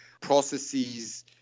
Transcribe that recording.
processes